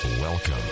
Welcome